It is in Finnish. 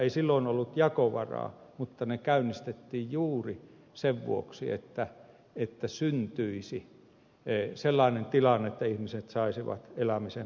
ei silloin ollut jakovaraa mutta ne käynnistettiin juuri sen vuoksi että syntyisi sellainen tilanne että ihmiset saisivat elämisen perusedellytyksistä kiinni